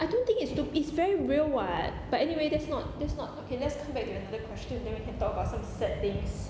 I don't think it's stu~ it's very real [what] but anyway that's not that's not okay let's come back to another question then we can talk about some sad things